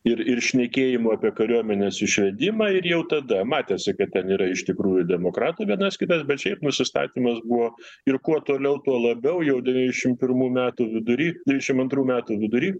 ir ir šnekėjimo apie kariuomenės išvedimą ir jau tada matėsi kad ten yra iš tikrųjų demokratų vienas kitas bet šiaip nusistatymas buvo ir kuo toliau tuo labiau jau devyniasdešimt pirmų metų vidury devyniasdešimt antrų metų vidury